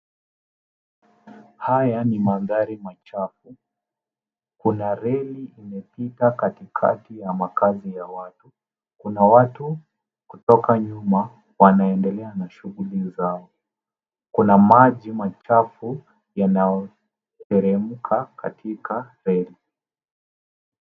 Haya ni mandhari machafu. Kuna reli imepita katikati ya makazi ya watu. Kuna watu kutoka nyuma wanaendelea na shughuli zao. Kuna maji machafu yanayoteremka katika reli.